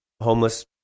homeless